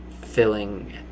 filling